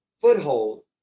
foothold